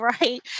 right